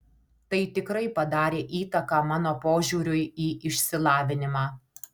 tai tikrai padarė įtaką mano požiūriui į išsilavinimą